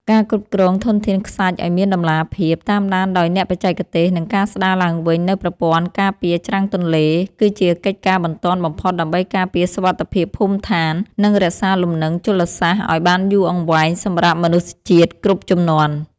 ការគ្រប់គ្រងធនធានខ្សាច់ឱ្យមានតម្លាភាព តាមដានដោយអ្នកបច្ចេកទេស និងការស្តារឡើងវិញនូវប្រព័ន្ធការពារច្រាំងទន្លេ គឺជាកិច្ចការបន្ទាន់បំផុតដើម្បីការពារសុវត្ថិភាពភូមិឋាន និងរក្សាលំនឹងជលសាស្ត្រឱ្យបានយូរអង្វែងសម្រាប់មនុស្សជាតិគ្រប់ជំនាន់។